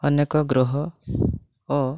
ଅନେକ ଗ୍ରହ ଓ